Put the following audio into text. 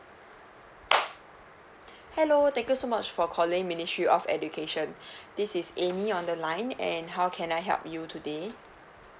hello thank you so much for calling ministry of education this is amy on the line and how can I help you today